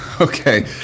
Okay